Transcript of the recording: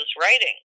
writing